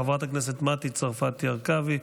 חברת הכנסת מטי צרפתי הרכבי,